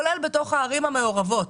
כולל בתוך הערים המעורבות.